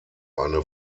eine